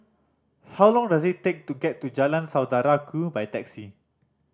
how long does it take to get to Jalan Saudara Ku by taxi